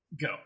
Go